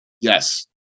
Yes